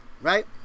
right